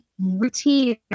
routine